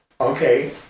Okay